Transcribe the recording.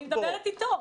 אני מדברת איתו.